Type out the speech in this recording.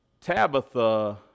Tabitha